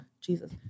Jesus